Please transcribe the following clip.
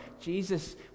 Jesus